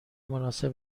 مناسب